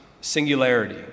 singularity